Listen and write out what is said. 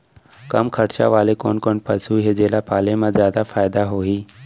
कम खरचा वाले कोन कोन पसु हे जेला पाले म जादा फायदा होही?